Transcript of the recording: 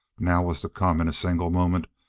now was to come, in a single moment,